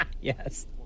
Yes